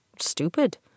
stupid